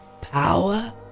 power